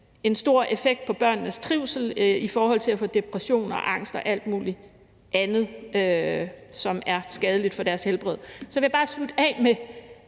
en stor effekt på børnenes trivsel i forhold til at få depression, angst og alt muligt andet, som er skadeligt for deres helbred. Så vil jeg bare slutte af med